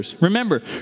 Remember